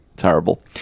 terrible